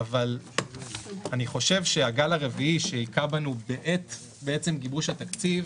אבל אני חושב שהגל הרביעי שהכה בנו בעת גיבוש התקציב